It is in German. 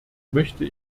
möchte